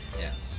Yes